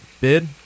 bid